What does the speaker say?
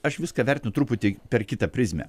aš viską vertinu truputį per kitą prizmę